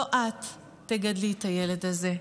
לא את תגדלי את הילד הזה,